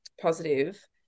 positive